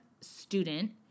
student